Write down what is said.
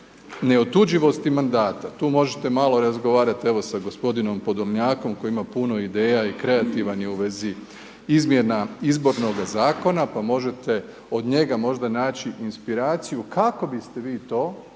neotuđivosti mandata, tu možete malo razgovarati evo sa g. Podolnjakom koji ima puno ideja i kreativan je u vezi izmjena Izbornoga zakona, pa možete od njega možda naći inspiraciju kako bi ste vi to,